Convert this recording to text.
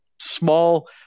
small